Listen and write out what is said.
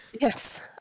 Yes